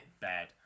Bad